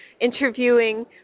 interviewing